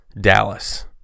Dallas